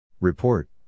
Report